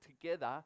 together